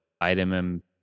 item